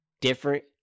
different